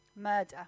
Murder